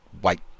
white